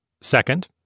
Second